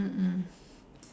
mm mm